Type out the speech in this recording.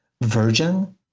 virgin